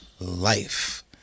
life